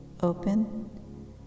open